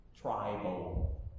tribal